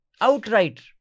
Outright